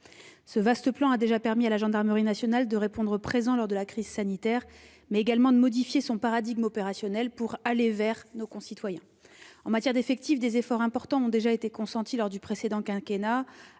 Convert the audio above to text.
Ce vaste plan a déjà permis à la gendarmerie nationale non seulement de répondre présent lors de la crise sanitaire, mais également de modifier son paradigme opérationnel pour « aller vers » nos concitoyens. En matière d'effectifs, des efforts importants ont déjà été consentis lors du précédent quinquennat